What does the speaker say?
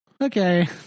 okay